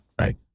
right